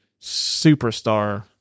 superstar